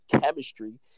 chemistry